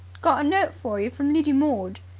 got a note for yer. from lidy mord.